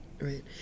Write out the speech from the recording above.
Right